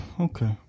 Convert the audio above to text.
okay